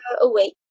awake